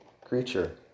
creature